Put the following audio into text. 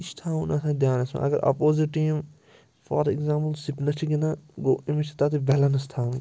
یہِ چھُ تھاوُن آسان دیانَس منٛز اگر اَپوزِٹ ٹیٖم فار اٮ۪کزامپٕل سِپنَس چھِ گِنٛدان گوٚو أمِس چھِ تَتہِ بٮ۪لَنٕس تھاوٕنۍ